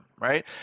right